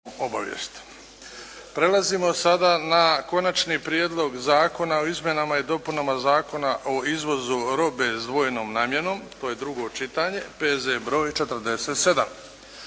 Osamnaesti, Konačni prijedlog zakona o izmjenama i dopunama Zakona o izvozu robe s dvojnom namjenom, bilo je drugo čitanje P.Z.E. br. 47.